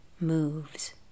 moves